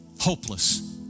hopeless